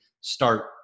start